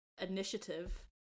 initiative